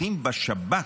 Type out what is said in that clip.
ומטיחים בשב"כ.